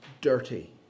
dirty